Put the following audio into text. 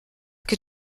que